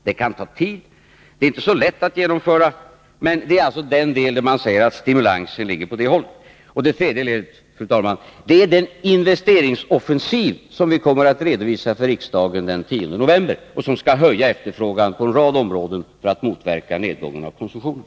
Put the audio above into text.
Det kan ta tid, och det är inte så lätt att genomföra, men i den delen riktas stimulansen åt det hållet. Ett tredje led, fru talman, är den investeringsoffensiv som vi kommer att redovisa för riksdagen den 10 november och som skall öka efterfrågan på en rad områden för att motverka nedgången i konsumtionen.